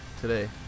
today